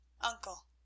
Uncle